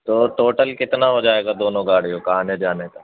تو ٹوٹل کتنا ہو جائے گا دونوں گاڑیوں کا آنے جانے کا